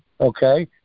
okay